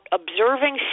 observing